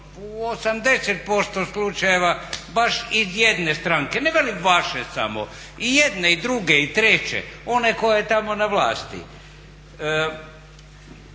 u 80% slučajeva baš iz jedne stranke. Ne velim vaše samo i jedne i druge i treće, one koja je tamo na vlasti.